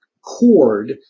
cord